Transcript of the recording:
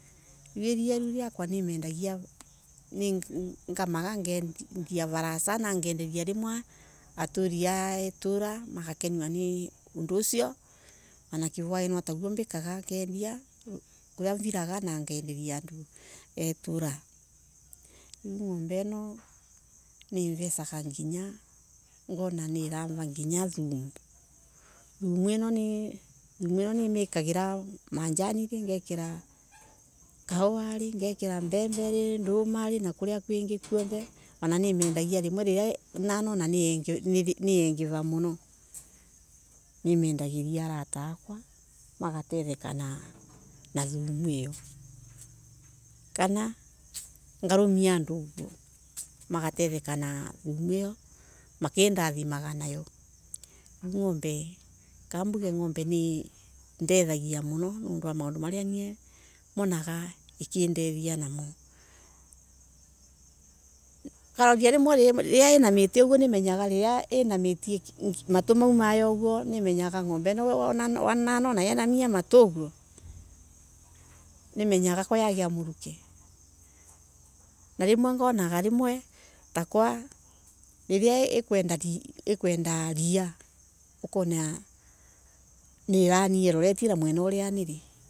Riu iria riu riakwa ningamaga ngendia valasa ngenderia aturi a itura magakenua ni undu usio ana kirwai ni taguo mbikaga ngendia kuria viraga ngenderia andu itura riu ngombe ino nivesaga nginya thumu, thumu ni makeraga majanire kahowa mbembe ndumari na kuria kwingi kuothe ana nimendagia rimwe na non ani yingeva muno ngenderia avata akwa magatetheka na thumu io kana ngarumia andu magatetheka makindathimaga nayo, ngombe kambuge ngombe nindethagia muno niundu wa maundu maria mothe monaga ikidethia namo ngaruria rimwe riria inamite uguo nimenyaga riria inamite matuu mayo uguo nimenyaga ngombe ino kwayagia muruke na rimwe ngonaga takwa ikwenda ria ni arania iroretie kuria nili.